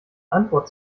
antwort